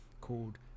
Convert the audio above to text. called